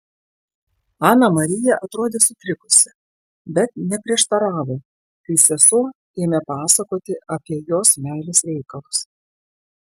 ana marija atrodė sutrikusi bet neprieštaravo kai sesuo ėmė pasakoti apie jos meilės reikalus